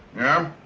yeah?